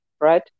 right